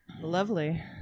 lovely